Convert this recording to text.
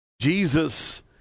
Jesus